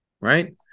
right